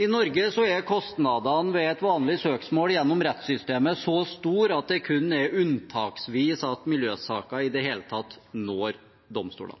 I Norge er kostnadene ved et vanlig søksmål gjennom rettssystemet så store at det er kun unntaksvis miljøsaker i det hele tatt når domstolene.